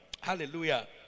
Hallelujah